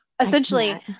essentially